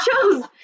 chose